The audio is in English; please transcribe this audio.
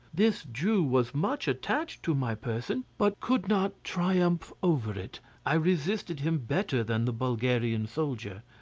this jew was much attached to my person, but could not triumph over it i resisted him better than the bulgarian soldier.